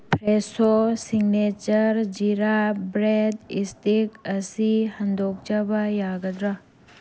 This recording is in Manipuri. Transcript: ꯐ꯭ꯔꯦꯁꯣ ꯁꯤꯡꯅꯦꯆ꯭ꯔ ꯖꯤꯔꯥ ꯕ꯭ꯔꯦꯠ ꯏꯁꯇꯤꯛ ꯑꯁꯤ ꯍꯟꯗꯣꯛꯆꯕ ꯌꯥꯒꯗ꯭ꯔꯥ